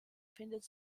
findet